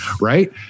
right